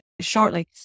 Shortly